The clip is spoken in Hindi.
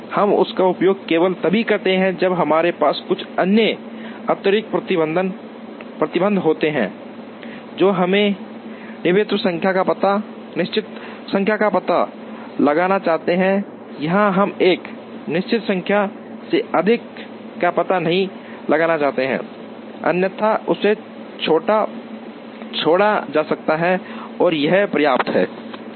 हम इसका उपयोग केवल तभी करते हैं जब हमारे पास कुछ अन्य अतिरिक्त प्रतिबंध होते हैं जो हम निश्चित संख्या का पता लगाना चाहते हैं या हम एक निश्चित संख्या से अधिक का पता नहीं लगाना चाहते हैं अन्यथा इसे छोड़ा जा सकता है और यह पर्याप्त है